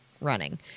running